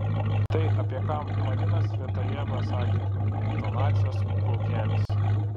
tai apie ką marina cvetajeva sakė intonacijos plaukelis